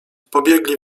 pobiegli